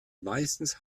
meistens